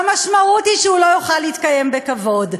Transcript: והמשמעות היא שהוא לא יוכל להתקיים בכבוד.